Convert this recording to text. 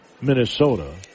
Minnesota